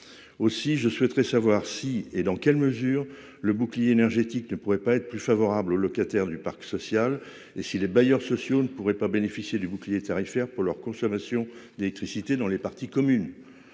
Aussi, je souhaiterais savoir si, et dans quelle mesure, le bouclier énergétique pourrait être plus favorable aux locataires du parc social, et si les bailleurs sociaux pourraient bénéficier du bouclier tarifaire pour leur consommation d'électricité dans les parties communes.